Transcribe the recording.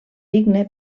digne